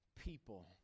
people